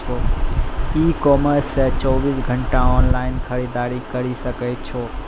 ई commerce से चौबीस घंटा ऑनलाइन खरीदारी करी सकै छो